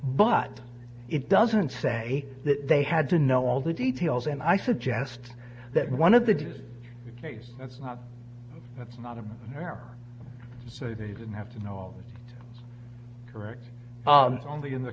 but it doesn't say that they had to know all the details and i suggest that one of the jews that's not that's not i'm there so they didn't have to know correct only in the